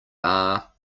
are